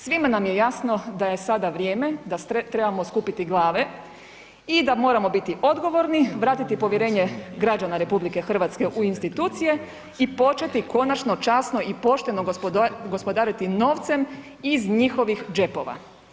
Svima nam je jasno da je sada vrijeme da trebamo skupiti glave i da moramo biti odgovorni, vratiti povjerenje građana RH u institucije i početi konačno časno i pošteno gospodariti novcem iz njihovih džepova.